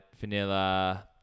vanilla